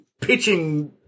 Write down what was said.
pitching